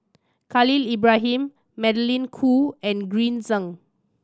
Khalil Ibrahim Magdalene Khoo and Green Zeng